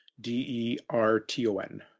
D-E-R-T-O-N